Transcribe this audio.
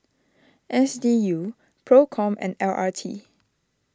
S D U Procom and L R T